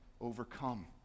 overcome